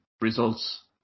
results